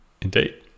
Indeed